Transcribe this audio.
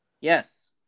yes